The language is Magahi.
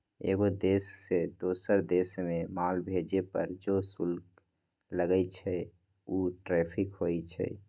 एगो देश से दोसर देश मे माल भेजे पर जे शुल्क लगई छई उ टैरिफ होई छई